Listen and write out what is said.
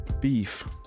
beef